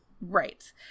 Right